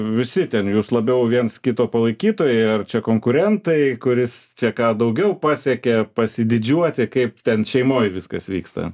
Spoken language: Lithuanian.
visi ten jūs labiau viens kito palaikytojai ar čia konkurentai kuris čia ką daugiau pasiekė pasididžiuoti kaip ten šeimoj viskas vyksta